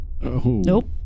Nope